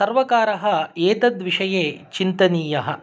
सर्वकारः एतद्विषये चिन्तनीयः